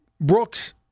Brooks